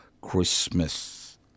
Christmas